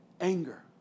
anger